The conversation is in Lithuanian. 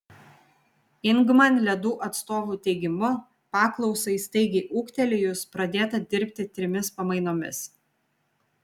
ingman ledų atstovų teigimu paklausai staigiai ūgtelėjus pradėta dirbti trimis pamainomis